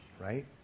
right